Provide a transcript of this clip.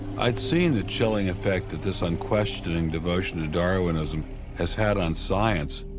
i'd seen the chilling effect that this unquestioning devotion to darwinism has had on science.